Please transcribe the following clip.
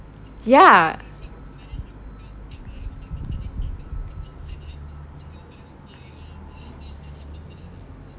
ya